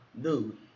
Dude